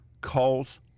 calls